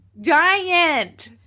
Giant